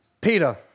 Peter